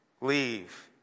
leave